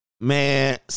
Man